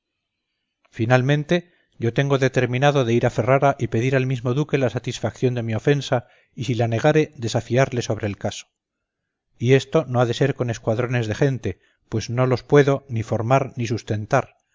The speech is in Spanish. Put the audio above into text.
finalmente yo tengo determinado de ir a ferrara y pedir al mismo duque la satisfación de mi ofensa y si la negare desafiarle sobre el caso y esto no ha de ser con escuadrones de gente pues no los puedo ni formar ni sustentar